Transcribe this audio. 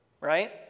Right